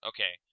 Okay